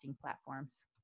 platforms